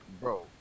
Bro